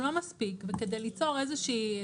הוא לא מספיק וכדי ליצור איזושהי,